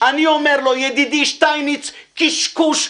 אני אומר לו: ידידי שטייניץ, קשקוש גמור.